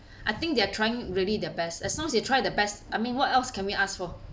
I think they're trying really their best as long as they try their best I mean what else can we ask for